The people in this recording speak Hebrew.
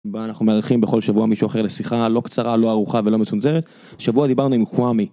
בה אנחנו מארחים בכל שבוע מישהו אחר לשיחה לא קצרה לא ארוכה ולא מצומצמת שבוע דיברנו עם כואמי.